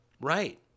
right